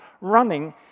running